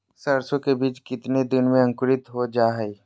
सरसो के बीज कितने दिन में अंकुरीत हो जा हाय?